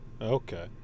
okay